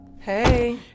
Hey